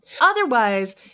otherwise